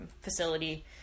facility